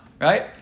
Right